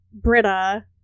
Britta